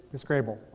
miss grey bull.